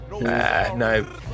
No